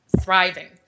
thriving